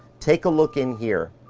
take a look in here.